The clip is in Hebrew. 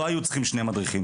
לא היו צריכים שני מדריכים.